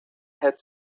had